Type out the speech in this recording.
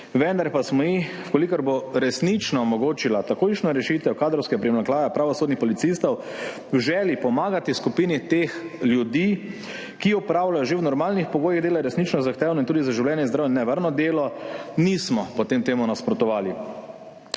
vendar pa ji potem, če bo resnično omogočila takojšnjo rešitev kadrovskega primanjkljaja pravosodnih policistov, v želji pomagati skupini teh ljudi, ki opravljajo že v normalnih pogojih dela resnično zahtevno in tudi za življenje in zdravje nevarno delo, nismo nasprotovali.